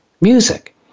music